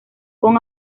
con